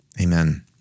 Amen